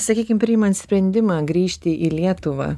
sakykim priimant sprendimą grįžti į lietuvą